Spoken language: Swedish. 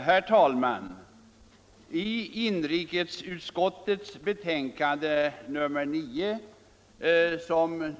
Herr talman!